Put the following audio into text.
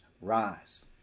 Rise